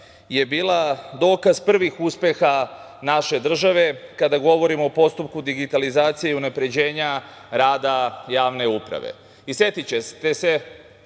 je bila dokaz prvih uspeha naše države kada govorimo o postupku digitalizacije i unapređenja rada javne uprave. Setićete se